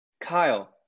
Kyle